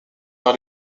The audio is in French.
par